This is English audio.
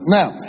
Now